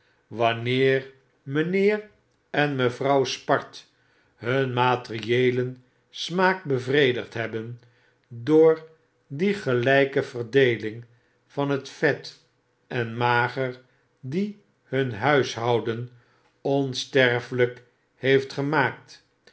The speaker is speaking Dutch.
wanneer mynheer en mevrouw sprat hun materieelen smaak bevredigd hebben door die gelyke verdeeling van vet en mager die nun huishouden onsterfelyk heeft gemaakt